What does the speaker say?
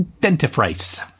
dentifrice